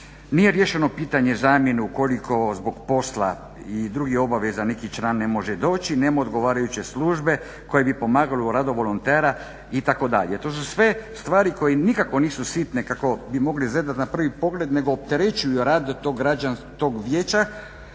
nije riješeno pitanje zamjene ukoliko zbog posla i drugih obaveza neki član ne može doći nema odgovarajuće službe koje bi pomagale u radu volontera itd. To su sve stvari koje nikako nisu sitne kako bi moglo izgledati na prvi pogled, nego opterećuju rad tog vijeća koje